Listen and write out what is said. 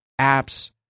apps